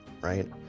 right